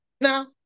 Now